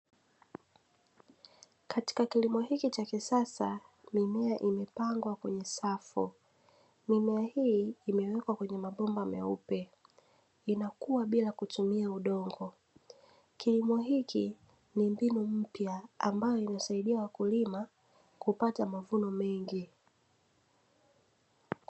Katika kilimo hiki cha kisasa mimea imepangwa kwenye safu, mimea hii imewekwa kwenye mabomba meupe inakua bila kutumia udongo. Kilimo hiki ni mbinu mpya ambayo inasaidia wakulima kupata mavuno mengi.